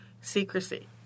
secrecy